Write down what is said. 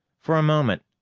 for a moment,